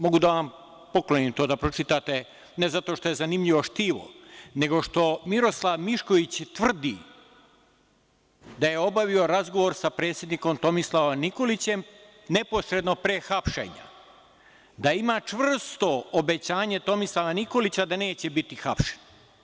Mogu da vam poklonim to da pročitate, ne zato što je zanimljivo štivo, nego što Miroslav Mišković tvrdi da je obavio razgovor sa predsednikom Tomislavom Nikolićem neposredno pre hapšenja, da ima čvrsto obećanje Tomislava Nikolića da neće biti hapšen.